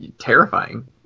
terrifying